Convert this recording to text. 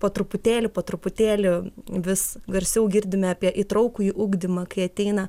po truputėlį po truputėlį vis garsiau girdime apie įtraukųjį ugdymą kai ateina